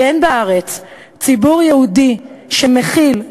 כי אין בארץ ציבור יהודי שמכיל,